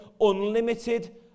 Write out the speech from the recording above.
unlimited